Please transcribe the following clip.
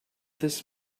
this